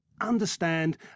understand